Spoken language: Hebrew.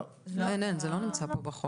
זה לא נמצא בחוק.